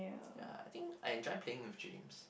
ya I think I enjoy playing with James